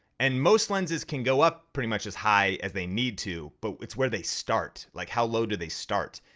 and most lenses can go up pretty much as high as they need to, but it's where they start, like how low do they start.